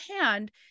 hand